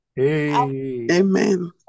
amen